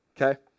okay